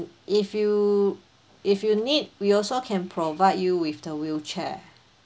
if you if you need we also can provide you with the wheelchair